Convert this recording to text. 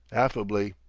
affably.